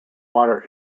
water